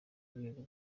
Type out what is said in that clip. rwego